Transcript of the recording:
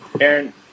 Aaron